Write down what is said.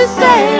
say